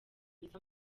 myiza